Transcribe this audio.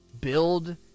build